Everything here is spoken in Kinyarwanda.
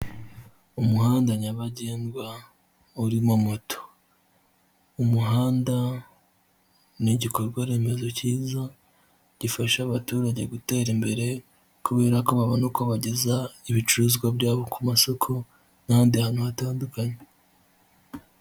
Umuhanda nyabagendwa, urimo moto. Umuhanda, ni igikorwaremezo cyiza, gifasha abaturage gutera imbere, kubera ko babona ko bageza ibicuruzwa byabo ku masoko, n'ahandi hantu hatandukanye.